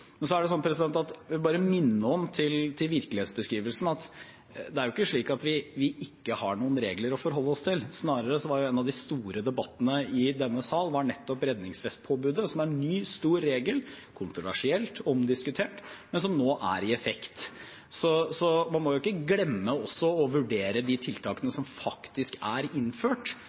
Men så vil jeg bare minne om – til virkelighetsbeskrivelsen – at det er ikke slik at vi ikke har noen regler å forholde oss til. Snarere var jo en av de store debattene i denne sal nettopp redningsvestpåbudet, som er en ny, stor regel – kontroversielt, omdiskutert, men som nå er i effekt. Man må jo ikke glemme å vurdere de tiltakene som faktisk er innført,